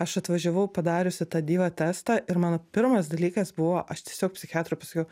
aš atvažiavau padariusi tą dyva testą ir mano pirmas dalykas buvo aš tiesiog psichiatrui pasakiau